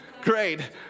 Great